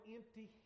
Empty